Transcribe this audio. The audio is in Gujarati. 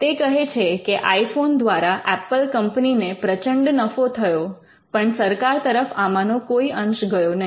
તે કહે છે કે આઈ ફોન દ્વારા એપલ કંપનીને પ્રચંડ નફો થયો પણ સરકાર તરફ આમાંનો કોઈ અંશ ગયો નહીં